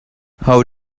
how